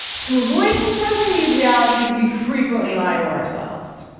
to avoid confronting these realities, we frequently lie to ourselves